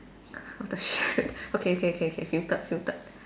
what the shit okay okay okay filtered filtered